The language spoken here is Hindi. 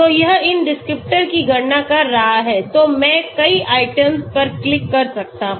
तो यह इन डिस्क्रिप्टर की गणना कर रहा है तो मैं कई आइटम पर क्लिक कर सकता हु